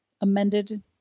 amended